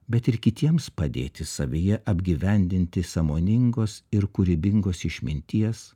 bet ir kitiems padėti savyje apgyvendinti sąmoningos ir kūrybingos išminties